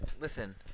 Listen